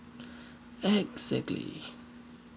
exactly